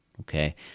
Okay